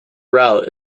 route